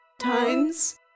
times